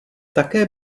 také